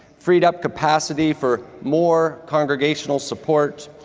freed up capacity for more congregational support,